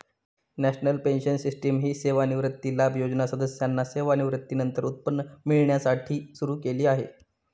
national pension system ही सेवानिवृत्ती लाभ योजना सदस्यांना सेवानिवृत्तीनंतर उत्पन्न मिळण्यासाठी सुरू केली आहे